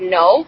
no